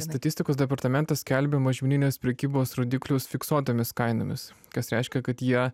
statistikos departamentas skelbia mažmeninės prekybos rodiklius fiksuotomis kainomis kas reiškia kad jie